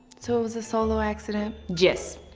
so it was a solo accident. yes.